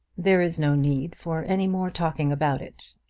there is no need for any more talking about it,